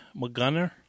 McGunner